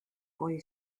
boy